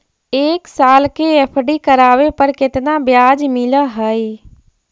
एक साल के एफ.डी करावे पर केतना ब्याज मिलऽ हइ?